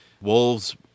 Wolves